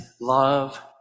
love